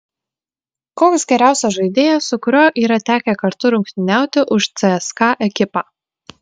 koks geriausias žaidėjas su kuriuo yra tekę kartu rungtyniauti už cska ekipą